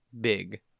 big